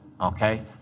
okay